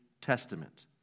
Testament